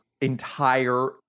entire